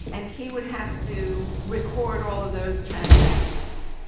and he would have to record all of those transactions.